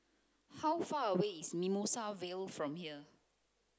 how far away is Mimosa Vale from here